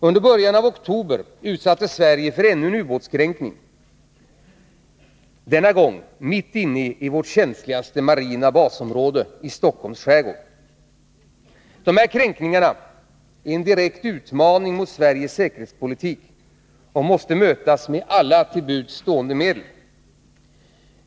Under början av oktober utsattes Sverige för ännu en ubåtskränkning — denna gång mitt inne i vårt känsligaste marina basområde i Stockholms skärgård. De här kränkningarna är en direkt utmaning mot Sveriges säkerhetspolitik och måste mötas med alla till buds stående medel.